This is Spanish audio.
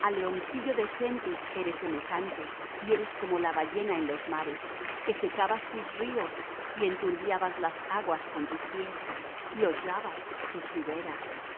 a leoncillo de gentes eres semejante y eres como la ballena en los mares que secabas tus ríos y enturbiabas las aguas con tus pies y hollabas sus riberas